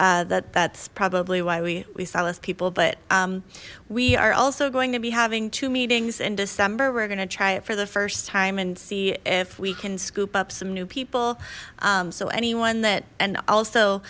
past that that's probably why we we saw those people but we are also going to be having two meetings in december we're gonna try it for the first time and see if we can scoop up some new people so anyone that and also